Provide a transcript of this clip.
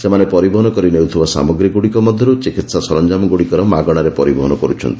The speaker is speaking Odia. ସେମାନେ ପରିବହନ କରି ନେଉଥିବା ସାମଗ୍ରୀଗୁଡ଼ିକ ମଧ୍ୟରୁ ଚିକିତ୍ସା ସରଞ୍ଜାମଗୁଡ଼ିକର ମାଗଣାରେ ପରିବହନ କରୁଛନ୍ତି